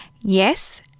Yes